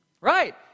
Right